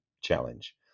challenge